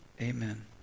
amen